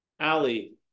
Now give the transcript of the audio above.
Ali